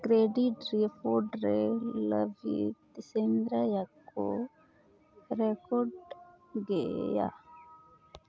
credit report ᱨᱮ ᱞᱟᱹᱜᱤᱫ ᱥᱮᱱᱫᱨᱟᱭᱟᱠᱚ ᱨᱮᱠᱚᱰ ᱜᱮ ᱭᱟ